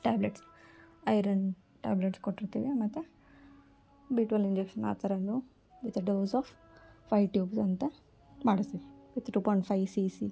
tablets iron tablets ಕೊಟ್ಟಿರ್ತೀವಿ ಮತ್ತು B twelve injection ಆ ಥರವೂ with the dose of five tubes ಅಂತ ಮಾಡಿಸ್ತೀವ್ with two point five C C